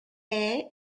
est